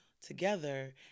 together